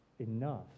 enough